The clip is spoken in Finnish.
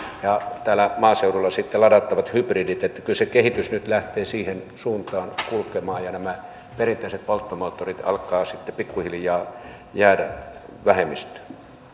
ja maaseudulla sitten ladattavia hybrideitä että kyllä se kehitys nyt lähtee siihen suuntaan kulkemaan ja nämä perinteiset polttomoottorit alkavat sitten pikkuhiljaa jäädä vähemmistöön